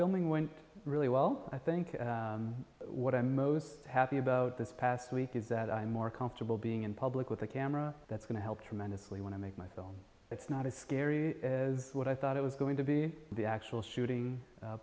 filming went really well i think what i'm most happy about this past week is that i'm more comfortable being in public with a camera that's going to help tremendously when i make myself it's not as scary as what i thought it was going to be the actual shooting